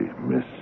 Miss